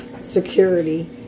security